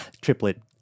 triplet